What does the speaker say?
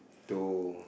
to